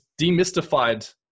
demystified